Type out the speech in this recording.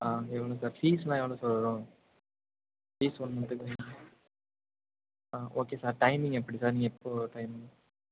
ஆ எவ்வளோ சார் ஃபீஸ்லாம் எவ்வளோ சார் வரும் ஃபீஸ் ஒன் மந்த்துக்கு ஆ ஓகே சார் டைமிங் எப்படி சார் நீங்கள் எப்போது ட்ரைனிங்